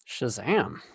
Shazam